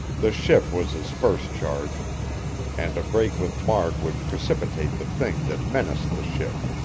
the ship was his first charge and a break with mark would precipitate the thing that menaced the ship.